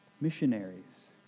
missionaries